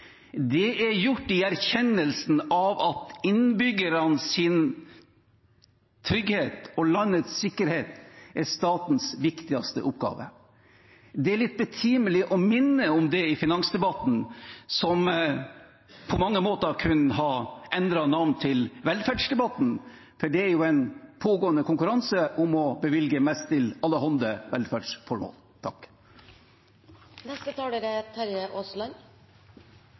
Det er gjort i erkjennelsen av at innbyggernes trygghet og landets sikkerhet er statens viktigste oppgave. Det er litt betimelig å minne om det i finansdebatten, som på mange måter kunne ha endret navn til velferdsdebatten, for det er jo en pågående konkurranse om å bevilge mest til allehånde velferdsformål. Apropos representanten Elvenes’ innlegg: Det er